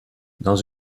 dans